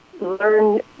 learn